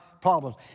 problems